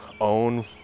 own